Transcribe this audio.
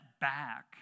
back